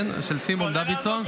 -- כן, של סימון דוידסון.